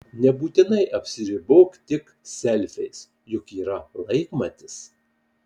nebūtinai apsiribok tik selfiais juk yra laikmatis